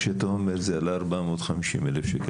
כשאתה אומר שזה עלה 450 אלף ש"ח,